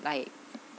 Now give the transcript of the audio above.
like